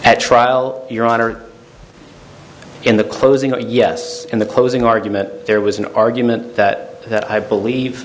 at trial your honor in the closing yes in the closing argument there was an argument that that i believe